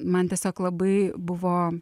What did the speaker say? man tiesiog labai buvo